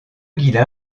ghislain